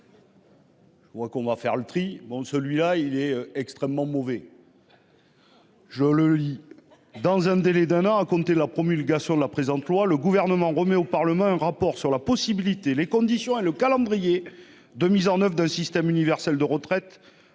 mauvais rapports. Faisons le tri : celui-ci est extrêmement mauvais. L'article 1 dispose :« Dans un délai d'un an à compter de la promulgation de la présente loi, le Gouvernement remet au Parlement un rapport sur la possibilité, les conditions et le calendrier de mise en oeuvre d'un système universel de retraite